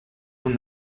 when